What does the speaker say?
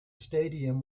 stadium